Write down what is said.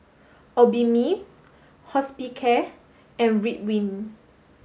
Obimin Hospicare and Ridwind